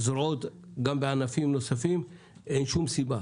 זרועות גם בענפים נוספים - אין שום סיבה,